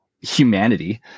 humanity